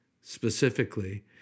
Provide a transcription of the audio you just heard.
specifically